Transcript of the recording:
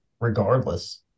regardless